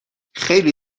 خیلی